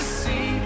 see